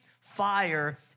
fire